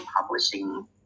publishing